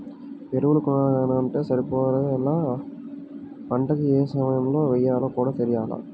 ఎరువులు కొనంగానే సరిపోలా, యే పంటకి యే సమయంలో యెయ్యాలో కూడా తెలియాల